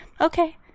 okay